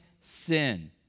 sin